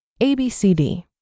ABCD